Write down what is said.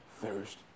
thirst